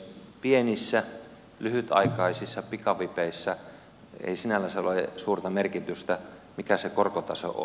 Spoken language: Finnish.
pienissä lyhytaikaisissa pikavipeissä ei sinällänsä ole suurta merkitystä mikä se korkotaso on